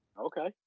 Okay